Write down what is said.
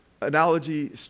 analogy